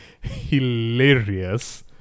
hilarious